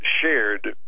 shared